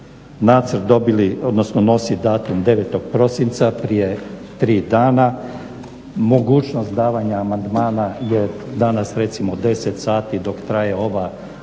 nacrt dobili, odnosno nosi datum 9.prosinca prije 3 dana mogućnost davanja amandmana je danas recimo deset sati dok traje ova rasprava